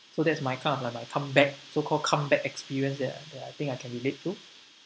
so that's my kind of like my comeback so called comeback experience that I think I can relate to